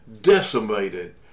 decimated